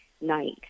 night